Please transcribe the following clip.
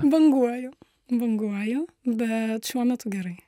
banguoju banguoju bet šiuo metu gerai